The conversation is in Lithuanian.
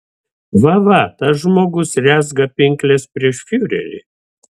va va tas žmogus rezga pinkles prieš fiurerį